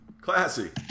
Classy